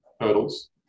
hurdles